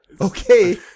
okay